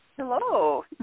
Hello